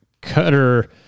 Cutter